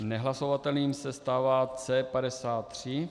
Nehlasovatelným se stává C53.